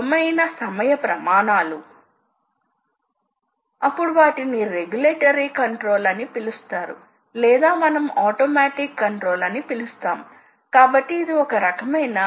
సాధారణం గా ఈ CNC యంత్రాలు చాలా ఖరీదైన వి కాబట్టి ప్రతిఒక్కరూ దీనిని భరించలేరు లేదా ప్రతి రకమైన ఉత్పాదక కార్యకలాపాల కోసం ఒక CNCని కొనుగోలు చేయాలి కాబట్టి CNC మంచిది